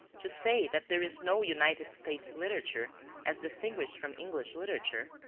to say that there is no united states literature as distinguished from english literature?